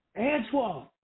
Antoine